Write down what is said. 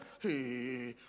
Hey